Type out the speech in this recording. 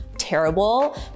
Terrible